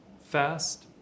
fast